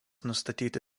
nustatyti